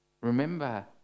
remember